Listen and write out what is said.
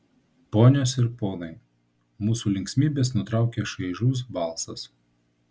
ponios ir ponai mūsų linksmybes nutraukia šaižus balsas